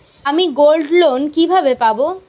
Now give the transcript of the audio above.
আমি গোল্ডলোন কিভাবে পাব?